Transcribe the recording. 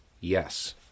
Yes